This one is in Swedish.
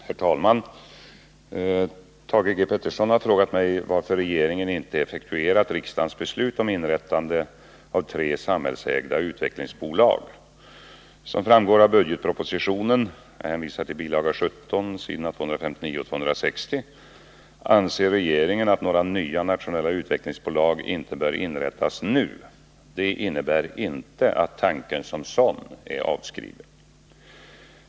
Herr talman! Thage G. Peterson har frågat mig varför regeringen inte effektuerat riksdagens beslut om inrättande av tre samhällsägda utvecklingsbolag. Som framgår av budgetpropositionen anser regeringen att några nya nationella utvecklingsbolag inte bör inrättas nu. Det innebär inte att tanken som sådan är avskriven.